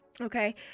okay